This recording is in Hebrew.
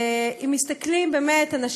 אם מסתכלים כאן,